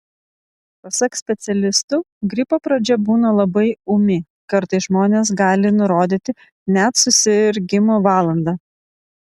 pasak specialistų gripo pradžia būna labai ūmi kartais žmonės gali nurodyti net susirgimo valandą